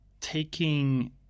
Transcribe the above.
taking